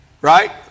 right